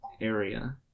area